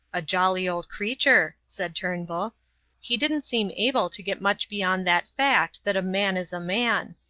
a jolly old creature, said turnbull he didn't seem able to get much beyond that fact that a man is a man.